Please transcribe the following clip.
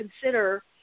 consider